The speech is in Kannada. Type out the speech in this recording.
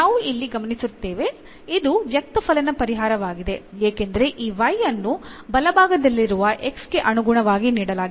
ನಾವು ಇಲ್ಲಿ ಗಮನಿಸುತ್ತೇವೆ ಅದು ವ್ಯಕ್ತಫಲನ ಪರಿಹಾರವಾಗಿದೆ ಏಕೆಂದರೆ ಈ y ಅನ್ನು ಬಲಭಾಗದಲ್ಲಿರುವ x ಗೆ ಅನುಗುಣವಾಗಿ ನೀಡಲಾಗಿದೆ